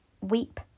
weep